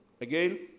Again